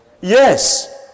Yes